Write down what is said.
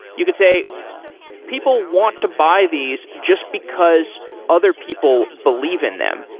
you could say people want to buy these just because other people believe in them.